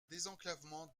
désenclavement